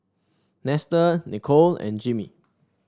Nestor Nicole and Jimmy